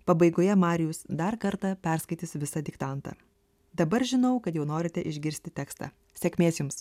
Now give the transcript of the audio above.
pabaigoje marijus dar kartą perskaitys visą diktantą dabar žinau kad jau norite išgirsti tekstą sėkmės jums